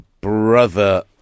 brother